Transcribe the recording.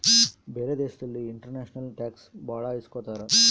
ಬೇರೆ ದೇಶದಲ್ಲಿ international tax ಭಾಳ ಇಸ್ಕೊತಾರ